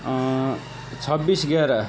छब्बिस एघाह्र